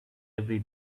every